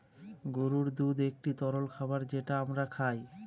গরুর দুধ একটি তরল খাবার যেটা আমরা খায়